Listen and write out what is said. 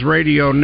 Radio